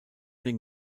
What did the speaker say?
den